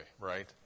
right